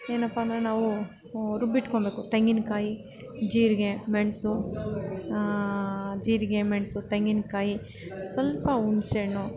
ಏನಪ್ಪ ಅಂದರೆ ನಾವು ರುಬ್ಬಿಟ್ಕೊಳ್ಬೇಕು ತೆಂಗಿನಕಾಯಿ ಜೀರಿಗೆ ಮೆಣಸು ಜೀರಿಗೆ ಮೆಣಸು ತೆಂಗಿನಕಾಯಿ ಸ್ವಲ್ಪ ಹುಣ್ಸೇ ಹಣ್ಣು